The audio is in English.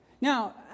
Now